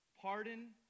pardon